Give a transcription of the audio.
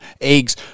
eggs